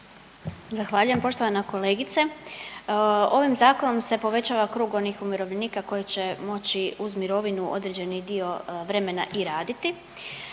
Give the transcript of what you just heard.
Zahvaljujem. Poštovana kolegice ovim zakonom se povećava krug onih umirovljenika koji će moći uz mirovinu određeni dio vremena i raditi.